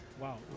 Wow